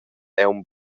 aunc